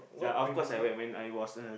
ya of course I went when I was uh